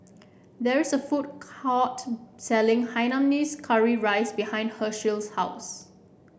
there is a food court selling Hainanese Curry Rice behind Hershell's house